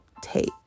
take